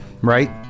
right